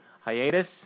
hiatus